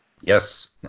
Yes